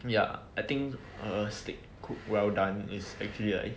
ya I think a steak cook well done is actually a eh